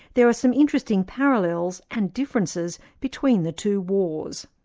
there are some interesting parallels, and differences, between the two wars.